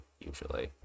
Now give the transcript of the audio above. usually